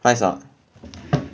上